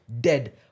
dead